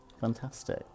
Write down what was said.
Fantastic